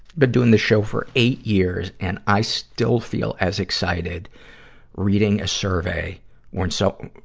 been doing this show for eight years, and i still feel as excited reading a survey when so,